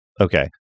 Okay